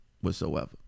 whatsoever